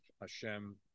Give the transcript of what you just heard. Hashem